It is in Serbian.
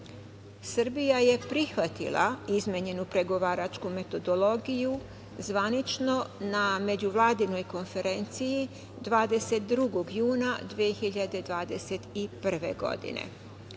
Srbija je prihvatila izmenjenu pregovaračku metodologiju zvanično na međuvladinoj konferenciji, 22. juna 2021. godine. Nova